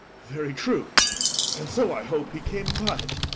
very true and so i hope he came by't.